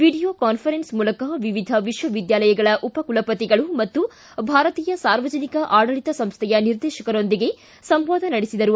video conference ಮೂಲಕ ವಿವಿಧ ವಿಶ್ವವಿದ್ಯಾಲಯಗಳ ಉಪಕುಲಪತಿಗಳು ಮತ್ತು ಭಾರತೀಯ ಸಾರ್ವಜನಿಕ ಆಡಳಿತ ಸಂಸ್ಥೆಯ ನಿರ್ದೇಶಕರೊಂದಿಗೆ ಸಂವಾದ ನಡೆಸಿದರು